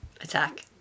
attack